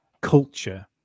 culture